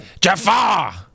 Jafar